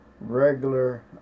regular